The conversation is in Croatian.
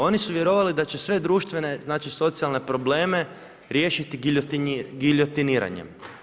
Oni su vjerovali da će sve društvene, znači socijalne probleme riješiti giljotiniranjem.